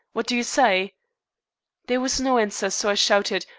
what do you say there was no answer, so i shouted,